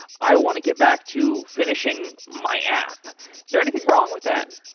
i want to get back to finishing my app. is there anything wrong with that?